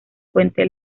puente